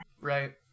Right